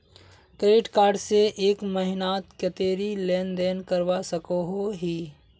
Credit card से एक महीनात कतेरी लेन देन करवा सकोहो ही?